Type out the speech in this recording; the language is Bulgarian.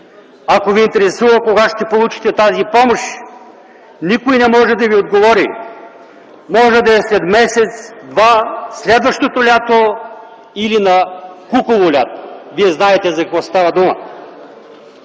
Ако ви интересува кога ще получите тази помощ, никой не може да ви отговори – може да е след месец, два, следващото лято или на кукуво лято. Вие знаете за какво става дума.